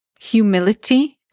humility